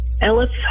ellis